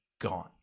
gone